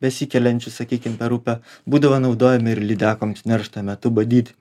besikeliančius sakykim per upę būdavo naudojami ir lydekoms neršto metu badyt